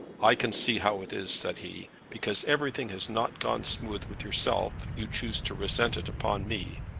i can see how it is, said he because everything has not gone smooth with yourself you choose to resent it upon me.